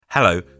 Hello